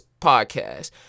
podcast